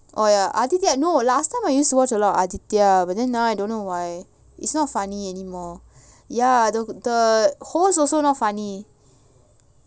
orh ya அதுக்கே:adhuke oh last time I used to watch a lot of aditya but then now I don't know why it's not funny anymore ya the the host also not funny